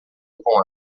com